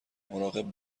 مراقب